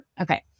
Okay